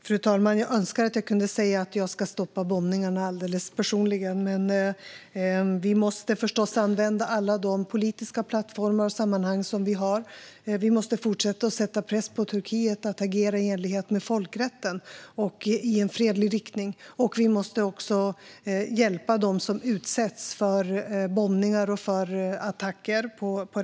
Fru talman! Jag önskar att jag kunde säga att jag personligen ska stoppa bombningarna. Vi måste förstås använda alla politiska plattformar och sammanhang vi har. Vi måste fortsätta sätta press på Turkiet att agera i enlighet med folkrätten och i en fredlig riktning. Vi måste också på rätt sätt hjälpa dem som utsätts för bombningar och attacker.